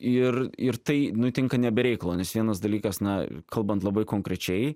ir ir tai nutinka ne be reikalo nes vienas dalykas na kalbant labai konkrečiai